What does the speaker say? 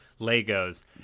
legos